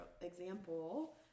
example